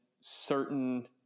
certain